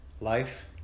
Life